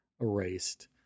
erased